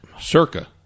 circa